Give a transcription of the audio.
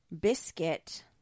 biscuit